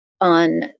on